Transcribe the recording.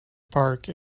park